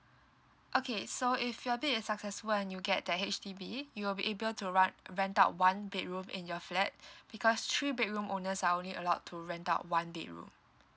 okay so if you're a bit a successful and you get the H_D_B you will be able to ren~ rent out one bedroom in your flat because three bedroom owners are only allowed to rent out one bedroom